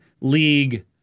league